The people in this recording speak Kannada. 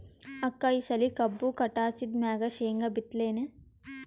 ಅಕ್ಕ ಈ ಸಲಿ ಕಬ್ಬು ಕಟಾಸಿದ್ ಮ್ಯಾಗ, ಶೇಂಗಾ ಬಿತ್ತಲೇನು?